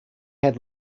had